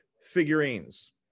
figurines